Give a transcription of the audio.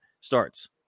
Starts